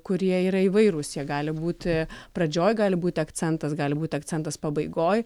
kurie yra įvairūs jie gali būti pradžioj gali būti akcentas gali būti akcentas pabaigoj